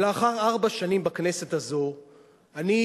לאחר ארבע שנים בכנסת הזאת אני,